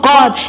God